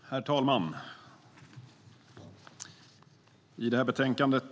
STYLEREF Kantrubrik \* MERGEFORMAT InkomstskattHerr talman!